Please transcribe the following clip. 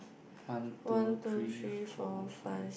one two three four five